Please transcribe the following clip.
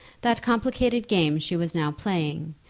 that complicated game she was now playing,